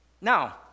Now